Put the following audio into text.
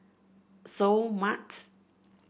Seoul Mart